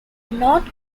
not